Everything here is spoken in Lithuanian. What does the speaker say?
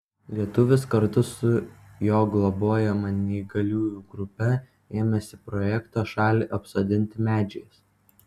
lietuvis kartu su jo globojama neįgaliųjų grupe ėmėsi projekto šalį apsodinti medžiais